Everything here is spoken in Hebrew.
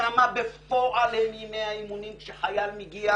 כמה בפועל הם ימי האימונים כשחייל מגיע